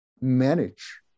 manage